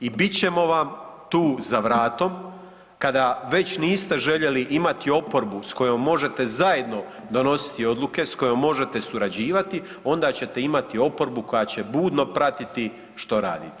I bit ćemo vam tu za vratom kada već niste željeli imati oporbu s kojom možete zajedno donositi odluke s kojom možete surađivati onda ćete imati oporbu koja će budno pratiti što radite.